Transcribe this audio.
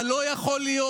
אבל לא יכול להיות,